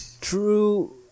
True